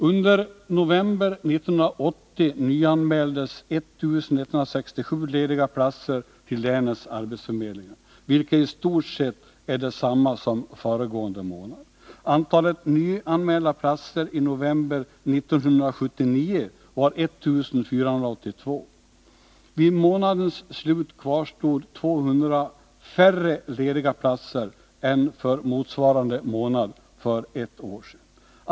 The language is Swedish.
Under november 1980 nyanmäldes 1 167 lediga platser till länets arbetsförmedlingar, vilket i stort sett är detsamma som föregående månad. Antalet nyanmälda platser i november 1979 var 1482. Vid månadens slut kvarstod 200 färre lediga platser än för motsvarande månad för ett år sedan.